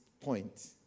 point